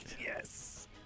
Yes